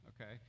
okay